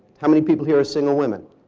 how many people here are single women?